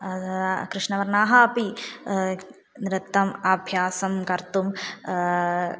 कृष्णवर्णाः अपि नृत्तम् अभ्यासं कर्तुं